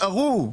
מכולות,